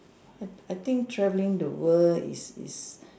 I I think traveling the world is is